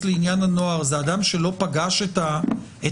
סוציאלי לעניין הנוער זה אדם שלא פגש את הקטין,